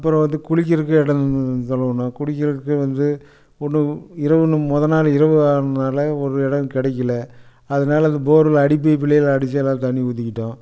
அப்புறம் வந்து குளிக்கிறதுக்கு இடம் குளிக்கிறதுக்கே வந்து உணவு இரவுனு மொதல் நாள் இரவு ஆனதினால ஒரு இடம் கிடக்கில அதனால அந்த போரில் அடிபைப்புலையே அடிச்சு எல்லோரும் தண்ணி ஊற்றிக்கிட்டோம்